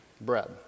bread